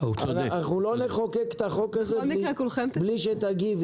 לא נחוקק את החוק הזה בלי שתגיבי,